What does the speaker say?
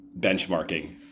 benchmarking